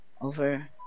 over